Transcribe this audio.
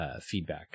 feedback